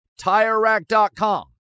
TireRack.com